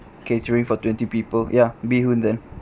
catering for twenty people ya bee hoon then